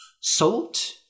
Salt